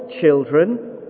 children